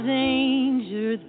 danger